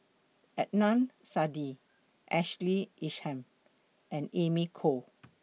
Adnan Saidi Ashley Isham and Amy Khor